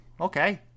okay